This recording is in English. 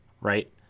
right